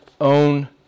own